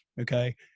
okay